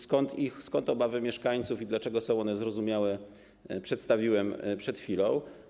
Skąd obawy mieszkańców i dlaczego są one zrozumiałe, przedstawiłem przed chwilą.